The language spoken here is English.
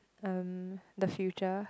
um the future